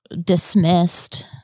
dismissed